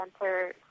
Center